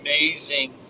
amazing